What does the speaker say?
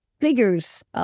figures